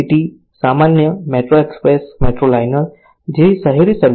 city સામાન્ય metro express metro liner જેવી શહેરી સર્વિસ